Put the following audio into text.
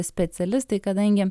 specialistai kadangi